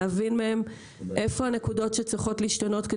להבין מהם איפה הנקודות שצריכות להשתנות,